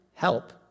Help